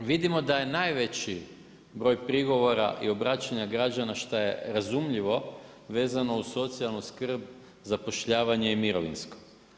Vidimo da je najveći broj prigovora i obraćanja građana šta je razumljivo vezano uz socijalnu skrb, zapošljavanje i mirovinsko.